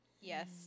Yes